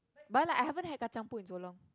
but like I haven't had like kacang-puteh in so long